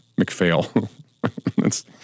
McPhail